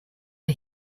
are